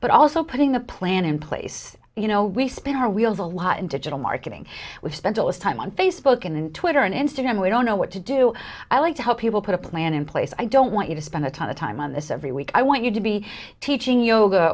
but also putting a plan in place you know we spent our wheels a lot in digital marketing we've spent all this time on facebook and twitter and instagram we don't know what to do i like how people put a plan in place i don't want you to spend a ton of time on this every week i want you to be teaching yoga